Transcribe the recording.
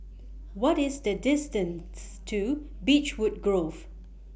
What IS The distance to Beechwood Grove